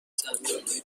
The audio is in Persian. سرزمینای